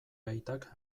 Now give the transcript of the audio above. aitak